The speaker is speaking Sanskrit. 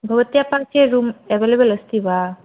भवत्या पार्श्वे रूम् एवलेबल् अस्ति वा